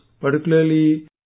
Particularly